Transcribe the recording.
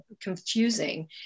confusing